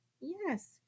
Yes